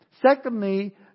Secondly